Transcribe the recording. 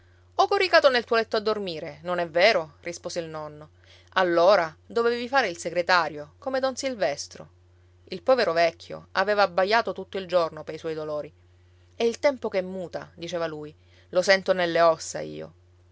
o coricato nel tuo letto a dormire non è vero rispose il nonno allora dovevi fare il segretario come don silvestro il povero vecchio aveva abbaiato tutto il giorno pei suoi dolori è il tempo che muta diceva lui lo sento nelle ossa io